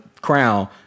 crown